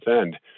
end